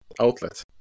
outlet